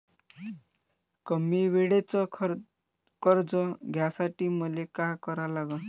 कमी वेळेचं कर्ज घ्यासाठी मले का करा लागन?